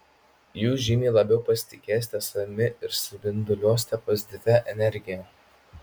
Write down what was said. jūs žymiai labiau pasitikėsite savimi ir spinduliuosite pozityvia energija